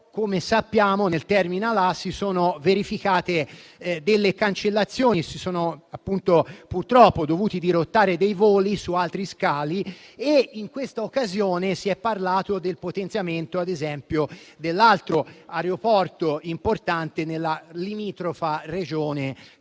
come sappiamo, nel *terminal* A si sono verificate delle cancellazioni e si sono purtroppo dovuti dirottare dei voli su altri scali e in questa occasione si è parlato del potenziamento, ad esempio, dell'altro aeroporto importante nella limitrofa Regione